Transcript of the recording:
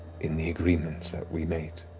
in the agreements that we made,